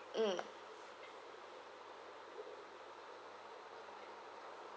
mm